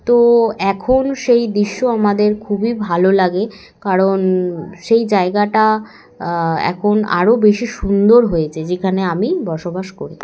তো এখন সেই দৃশ্য আমাদের খুবই ভালো লাগে কারণ সেই জায়গাটা এখন আরও বেশি সুন্দর হয়েছে যেখানে আমি বসবাস করি